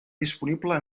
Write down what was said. disponible